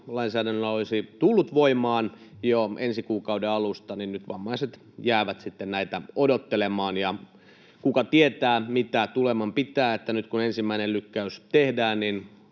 lainsäädännöllä olisi tullut voimaan jo ensi kuukauden alusta, nyt vammaiset jäävät näitä odottelemaan, ja kuka tietää, mitä tuleman pitää, että nyt kun ensimmäinen lykkäys tehdään, niin